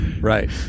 Right